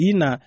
Ina